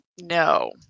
No